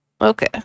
Okay